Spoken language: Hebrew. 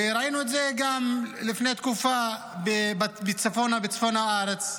וראינו את זה גם לפני תקופה בצפון הארץ,